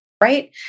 right